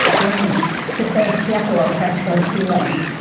germany to save tiepolo frescoed ceilings.